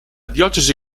diocesi